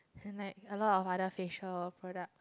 and like a lot of other facial product